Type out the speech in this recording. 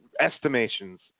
Estimations